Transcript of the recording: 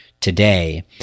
today